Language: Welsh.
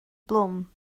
blwm